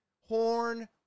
horn